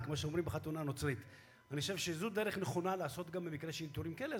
מניסיוני כשר משפטים,